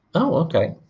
oh, ok.